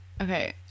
Okay